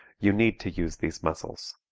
you need to use these muscles.